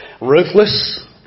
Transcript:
Ruthless